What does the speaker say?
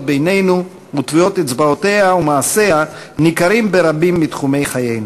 בינינו וטביעות אצבעותיה ומעשיה ניכרים ברבים מתחומי חיינו".